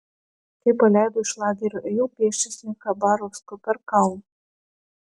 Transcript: kai paleido iš lagerio ėjau pėsčias link chabarovsko per kalnus